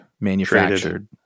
manufactured